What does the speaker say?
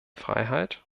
freiheit